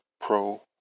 Pro